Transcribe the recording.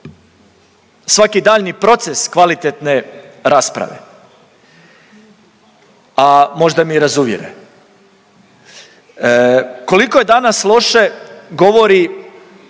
svaki daljnji proces kvalitetne rasprave. A možda me i razuvjere. Koliko je danas loše govori